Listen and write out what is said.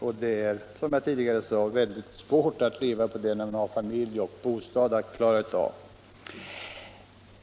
och det är som jag sade helt omöjligt att leva på det när man har familj och bostad att klara av.